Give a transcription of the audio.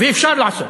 ואפשר לעשות.